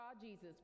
Jesus